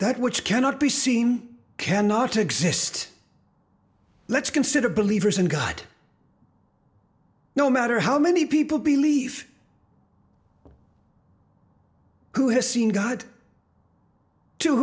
that which cannot be seen cannot exist let's consider believers in god no matter how many people believe who has seen god to